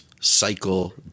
cycle